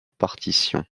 partition